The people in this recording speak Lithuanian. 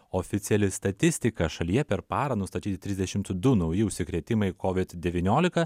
oficiali statistika šalyje per parą nustatyti trisdešimt du nauji užsikrėtimai covid devyniolika